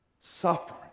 suffering